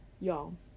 y'all